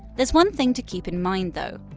there's one thing to keep in mind, though.